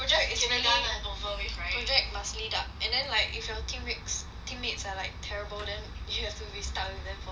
just get it over with right project must lead up and then like if your teammates teammates are like terrible than you have to be stuck with them lor